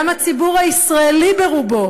גם הציבור הישראלי ברובו